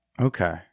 Okay